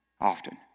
often